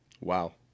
Wow